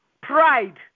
pride